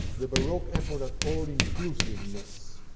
the baroque effort at all inclusiveness,